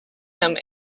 him